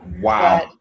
wow